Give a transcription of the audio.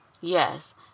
yes